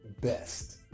best